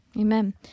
Amen